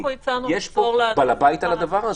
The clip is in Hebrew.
יש פה בעל הבית על הדבר הזה.